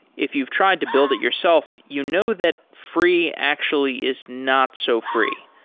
if you've tried to build it yourself, you know that free actually is not so free.